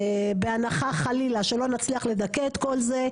בהנחה חלילה שלא נצליח לדכא את כל זה,